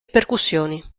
percussioni